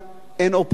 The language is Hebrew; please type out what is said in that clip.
אין אופוזיציה.